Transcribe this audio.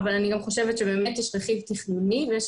אבל אני גם חושבת שבאמת יש רכיב תכנוני ויש